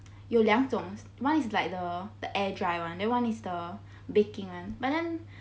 有两种 one is like the the air dry one then one is the baking one but then